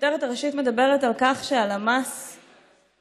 הכותרת הראשית מדברת על כך שהלמ"ס גילה,